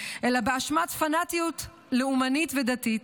אלא באשמת פנטיות לאומנית ודתית,